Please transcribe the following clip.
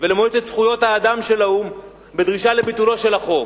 ולמועצת זכויות האדם של האו"ם בדרישה לבטל את החוק.